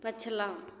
पछिला